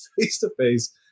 face-to-face